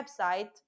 website